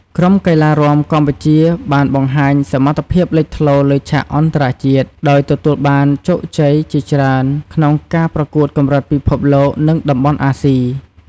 ក្រុមកីឡារាំកម្ពុជាបានបង្ហាញសមត្ថភាពលេចធ្លោលើឆាកអន្តរជាតិដោយទទួលបានជោគជ័យជាច្រើនក្នុងការប្រកួតកម្រិតពិភពលោក និងតំបន់អាស៊ី។